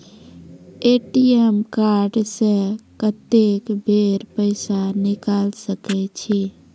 ATM card से कत्तेक बेर पैसा निकाल सके छी?